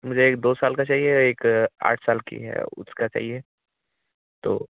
मुझे एक दो साल का चाहिए और एक आठ साल की है उसका चाहिए तो